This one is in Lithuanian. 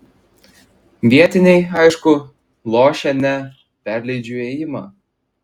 vietiniai aišku lošia ne perleidžiu ėjimą